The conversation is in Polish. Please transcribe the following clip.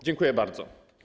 Dziękuję bardzo.